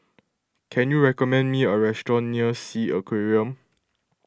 can you recommend me a restaurant near Sea Aquarium